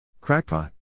Crackpot